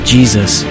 Jesus